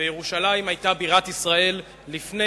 וירושלים היתה בירת ישראל לפני